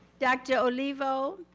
dr. olivo